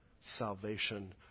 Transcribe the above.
salvation